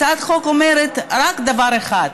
הצעת החוק אומרת רק דבר אחד: